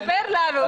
לפרוטוקול.